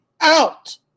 out